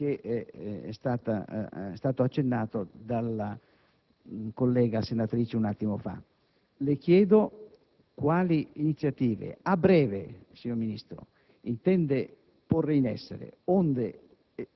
come è stato accennato dalla collega senatrice appena intervenuta. Le chiedo quali iniziative a breve, signor Ministro, intende porre in essere onde